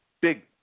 Big